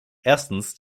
erstens